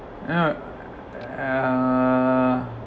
no yeah ah